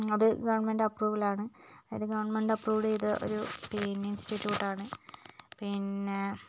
അത് ഗവൺമെൻറ് അപ്പ്രൂവിൽ ആണ് അത് ഗവൺമെൻറ് അപ്പ്രൂവ്ഡ് ചെയ്ത ഒരു പിന്നെ ഇൻസ്റ്റിറ്റ്യൂട്ട് ആണ് പിന്നെ